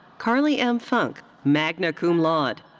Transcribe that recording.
karli m. funk, magna cum laude.